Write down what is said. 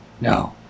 no